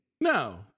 No